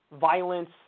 violence